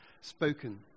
spoken